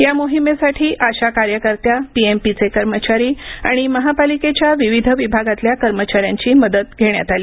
या मोहिमेसाठी आशा कार्यकर्त्या पीएमपीचे कर्मचारी आणि महापालिकेच्या विविध विभागातल्या कर्मचाऱ्यांची मदत घेण्यात आली